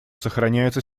сохраняются